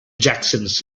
jacksons